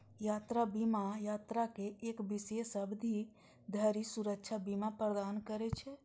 यात्रा बीमा यात्राक एक विशेष अवधि धरि सुरक्षा बीमा प्रदान करै छै